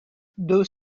deux